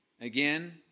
again